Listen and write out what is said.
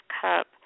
cup